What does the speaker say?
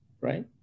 right